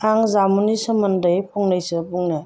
आं जामुंनि सोमोन्दै फंनैसो बुंनो